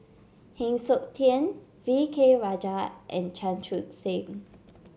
Heng Siok Tian V K Rajah and Chan Chun Sing